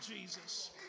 Jesus